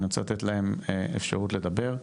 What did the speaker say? אני רוצה לתת להם אפשרות לדבר.